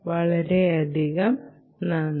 വളരെയധികം നന്ദി